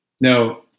Now